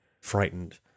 frightened